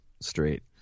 straight